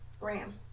Ram